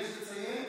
יש לציין